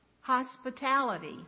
hospitality